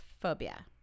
phobia